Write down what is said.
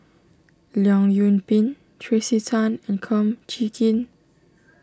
Leong Yoon Pin Tracey Tan and Kum Chee Kin